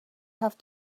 have